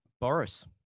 Boris